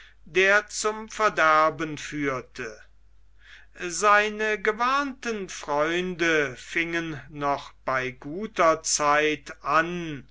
der zum verderben führte seine gewarnten freunde fingen noch bei guter zeit an